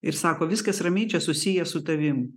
ir sako viskas ramiai čia susiję su tavim